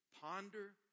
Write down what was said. Ponder